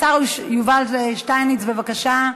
השר יובל שטייניץ, בבקשה,